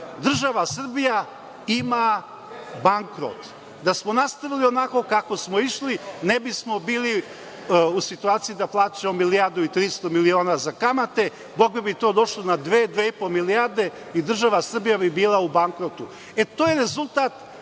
država Srbija ima bankrot. Da smo nastavili onako kako smo išli, ne bismo bili u situaciji da plaćamo milijardu i 300 miliona za kamate, dokle bi to došlo na dve, dve i po milijarde i država Srbija bi bila u bankrotu. E, to je rezultat,